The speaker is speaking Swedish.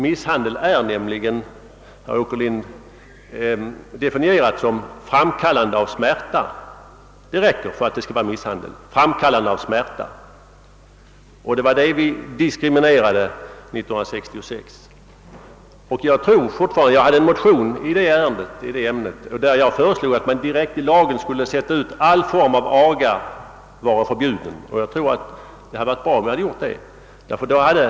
Misshandel är, herr Åkerlind, definierad som framkallande av smärta. Det var sådant vi diskriminerade år 1966. Jag föreslog i en motion att alla former av aga skulle förbjudas i lag. Det hade varit bra om så hade blivit fallet.